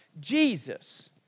Jesus